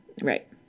Right